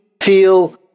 feel